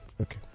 Okay